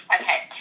Okay